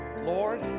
Lord